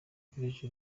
village